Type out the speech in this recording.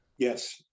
Yes